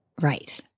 Right